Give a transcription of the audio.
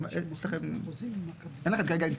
יש לכם, אין לכם כרגע.